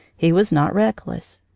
he was not reck less.